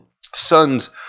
sons